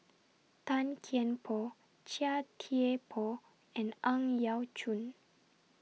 Tan Kian Por Chia Thye Poh and Ang Yau Choon